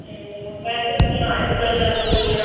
ਤੇ ਵੈਸੇ ਤਾਂ ਅੱਜ ਕੱਲ ਕੁੜੀਆਂ